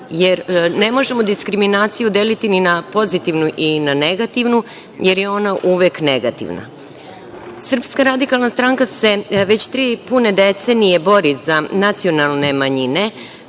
jer ne možemo da diskriminaciju deliti na pozitivnu i negativnu, jer je ona uvek negativna. Srpska radikalne stranka se već tri pune decenije bori za nacionalne manjine,